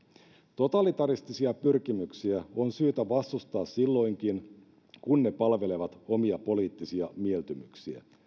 totalitaristisia pyrkimyksiä on syytä vastustaa silloinkin kun ne palvelevat omia poliittisia mieltymyksiä